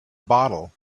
bottle